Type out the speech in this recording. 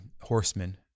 horsemen